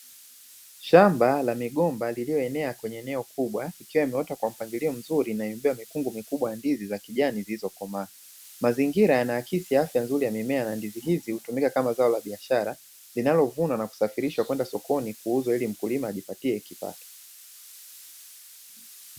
Shamba la migomba lililoenea kwenye eneo kubwa ikiwa imeota kwa mpangilio mzuri naimbia vifungu mikubwa ndizi za kijani zilizokomaa, mazingira yanaakisi ya afya nzuri ya mimea na ndizi hizi hutumika kama zao la biashara linalovunwa na kusafirishwa kwenda sokoni kuuzwa ili mkulima ajipatie kipato.